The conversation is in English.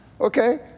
Okay